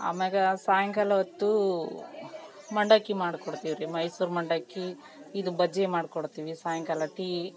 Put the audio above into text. ಆಮೇಲೆ ಸಾಯಂಕಾಲ ಹೊತ್ತೂ ಮಂಡಕ್ಕಿ ಮಾಡ್ಕೊಡ್ತೀವಿ ರೀ ಮೈಸೂರು ಮಂಡಕ್ಕಿ ಇದು ಬಜ್ಜಿ ಮಾಡ್ಕೊಡ್ತೀವಿ ಸಾಯಂಕಾಲ ಟೀ